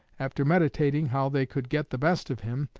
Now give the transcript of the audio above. after meditating how they could get the best of him,